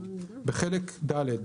(6)בחלק ד'